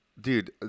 Dude